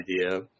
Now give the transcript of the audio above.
idea